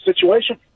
situation